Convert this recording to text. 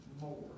more